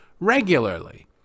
regularly